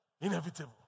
Inevitable